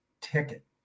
ticket